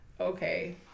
Okay